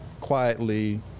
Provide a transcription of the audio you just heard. quietly –